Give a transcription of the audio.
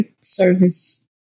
service